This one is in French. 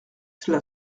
cela